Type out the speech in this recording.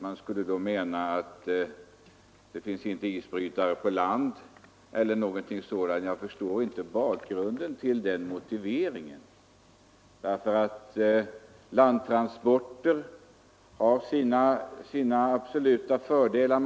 Man skulle då mena att det inte finns isbrytare på land — eller någonting sådant. Jag förstår inte den motiveringen. Landtransporter har sina absoluta förmåner.